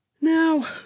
now